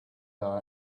our